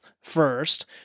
first